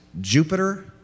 Jupiter